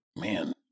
man